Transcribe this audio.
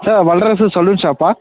sir Valrasu saloon ஷாப்பா